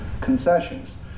concessions